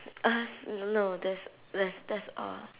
uh s~ no no that's that's that's all